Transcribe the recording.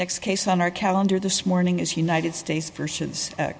next case on our calendar this morning is united states versus